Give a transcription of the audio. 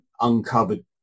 uncovered